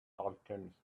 alchemist